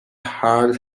hard